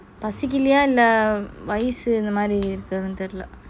பசிக்கிளையை இல்ல வயசு இந்த மாறி இருக்குதுனு தெரில:pasikilaya illa vayasu intha maari irukuthanu terila